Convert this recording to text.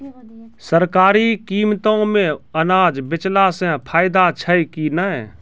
सरकारी कीमतों मे अनाज बेचला से फायदा छै कि नैय?